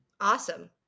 Awesome